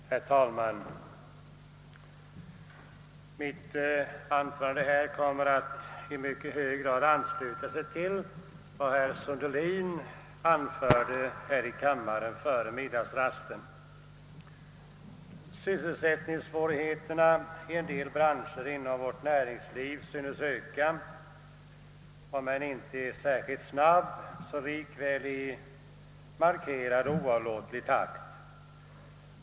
Herr talman! Detta mitt anförande kommer att i mycket hög grad ansluta sig till vad herr Sundelin anförde här i kammaren före middagsrasten. Sysselsättningssvårigheterna för en del branscher inom vårt näringsliv synes öka, om också inte i särskilt snabb så likväl i markerad och oavbruten takt.